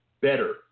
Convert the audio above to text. better